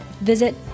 Visit